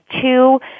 two